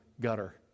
Gutter